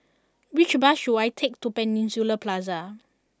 which bus should I take to Peninsula Plaza